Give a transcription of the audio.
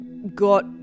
got